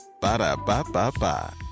Ba-da-ba-ba-ba